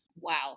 wow